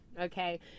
Okay